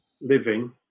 living